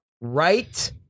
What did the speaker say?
right